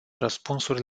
răspunsuri